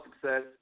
success